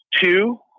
Two